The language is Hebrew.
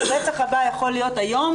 הרצח הבא יכול להיות היום,